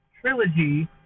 trilogy